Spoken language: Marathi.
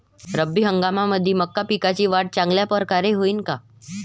रब्बी हंगामामंदी मका पिकाची वाढ चांगल्या परकारे होईन का?